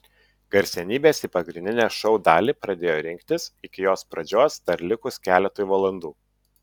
garsenybės į pagrindinę šou dalį pradėjo rinktis iki jos pradžios dar likus keletui valandų